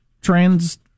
trans